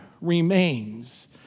remains